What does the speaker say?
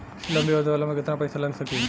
लंबी अवधि वाला में केतना पइसा लगा सकिले?